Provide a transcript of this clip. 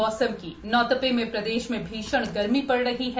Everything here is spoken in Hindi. मौसम नौतपा में प्रदेश में भीषण गर्मी पड़ रही है